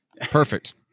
Perfect